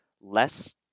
less